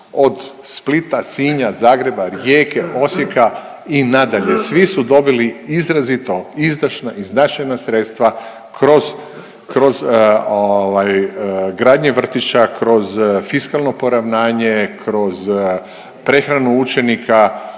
od Splita, Sinja, Zagreba, Rijeke, Osijeka i nadalje. Svi su dobili izrazito izdašna i značajna sredstva kroz, kroz ovaj gradnje vrtića, kroz fiskalno poravnanje, kroz prehranu učenika,